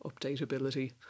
Updatability